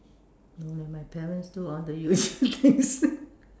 no leh my parents do or the usual things